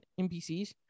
npcs